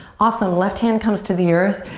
awesome, left hand comes to the earth,